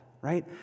right